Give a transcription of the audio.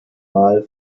mal